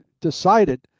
decided